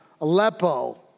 Aleppo